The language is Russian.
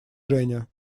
женя